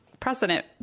precedent